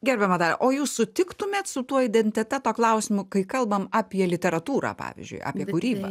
gerbiama daiva o jūs sutiktumėt su tuo identiteto klausimu kai kalbam apie literatūrą pavyzdžiui apie kūrybą